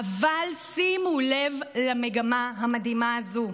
אבל שימו לב למגמה המדהימה הזו: